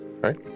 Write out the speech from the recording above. right